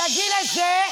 תדאגי לזה,